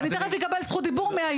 אני תכף אקבל את זכות הדיבור מהיו״ר.